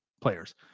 players